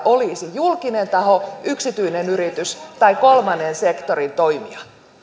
olisi julkinen taho yksityinen yritys tai kolmannen sektorin toimija